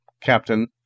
captain